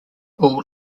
all